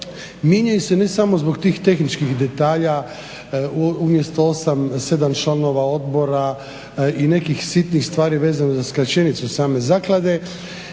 mijenjaju se ne samo zbog tih tehničkih detalja umjesto 8, 7 članova odbora i nekih sitnih stvari vezano za skraćenicu same zaklade